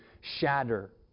shatter